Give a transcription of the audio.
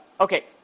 okay